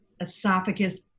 esophagus